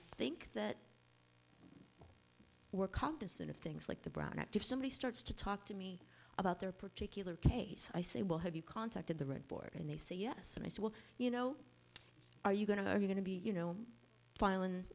think that we're cognizant of things like the brown act if somebody starts to talk to me about their particular case i say well have you contacted the rent board and they say yes and i said well you know are you going to i'm going to be you know fil